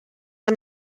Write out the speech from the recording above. amb